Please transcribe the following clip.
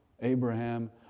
Abraham